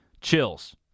Chills